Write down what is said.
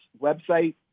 website